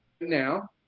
now